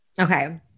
Okay